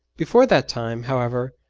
before that time, however,